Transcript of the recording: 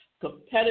competitive